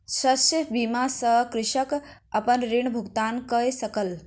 शस्य बीमा सॅ कृषक अपन ऋण भुगतान कय सकल